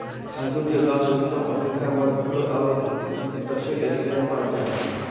खजूर के गाछ उत्तर अफ्रिका, मध्यपूर्व और दक्षिण एशिया में पाल जा हइ